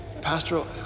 pastoral